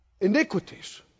iniquities